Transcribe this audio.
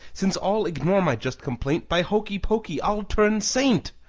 since all ignore my just complaint, by hokey-pokey! i'll turn saint!